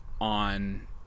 on